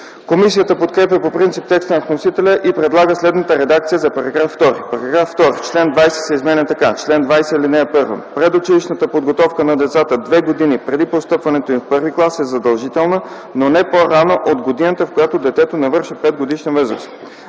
Комисията подкрепя по принцип текста на вносителя и предлага следната редакция за § 2: „§ 2. Член 20 се изменя така: „Чл. 20. (1) Предучилищната подготовка на децата две години преди постъпването им в първи клас е задължителна, но не по-рано от годината, в която детето навършва 5-годишна възраст.